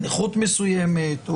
נכות מסוימת,